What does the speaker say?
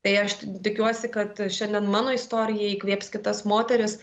tai aš tikiuosi kad šiandien mano istorija įkvėps kitas moteris